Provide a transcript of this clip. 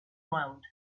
round